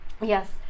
yes